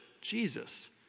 Jesus